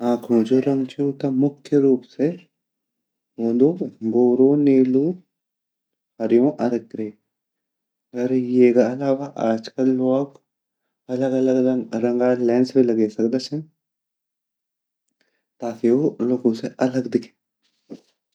आँखु जु रंग ची उ मुख्य रुप से वोंदु भुरू, नीलू, हरयु अर ग्रे अर येगा आलावा आजकल लोग अलग अलग रंगा लेंस भी लगे सकदा छिन ताकि उ लोगू से अलग दिख सके।